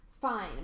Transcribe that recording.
Fine